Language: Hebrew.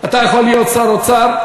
אתה יכול להיות שר אוצר,